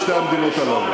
לשתי המדינות הללו.